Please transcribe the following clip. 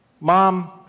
Mom